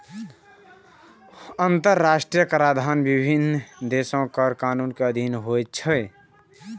अंतरराष्ट्रीय कराधान विभिन्न देशक कर कानून के अधीन होइ छै